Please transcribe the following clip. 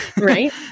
Right